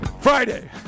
Friday